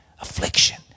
affliction